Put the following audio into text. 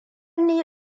ni